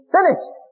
finished